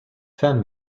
fan